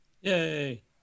Yay